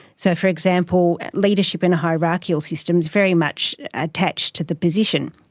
so, for example, leadership in a hierarchical system is very much attached to the position.